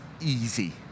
easy